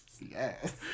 Yes